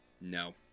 No